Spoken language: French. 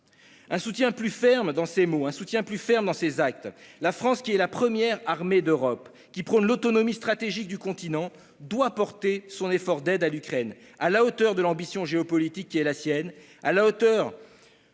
Un soutien plus ferme dans ses mots, un soutien plus ferme dans ses actes : la France, première armée d'Europe, qui prône l'autonomie stratégique du continent, doit porter son effort d'aide à l'Ukraine à la hauteur de l'ambition géopolitique qui est la sienne, à la hauteur